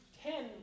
ten